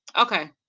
Okay